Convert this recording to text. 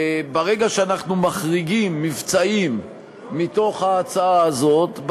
ברגע שאנחנו מחריגים מבצעים מתוך ההצעה הזאת,